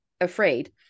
Afraid